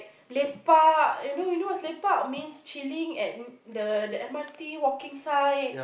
lepak eh you know you know what's lepak mean chilling at the the M_R_T walking side